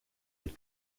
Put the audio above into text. mit